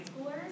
schoolers